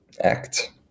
act